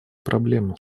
проблему